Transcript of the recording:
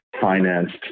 financed